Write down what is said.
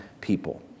people